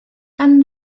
gan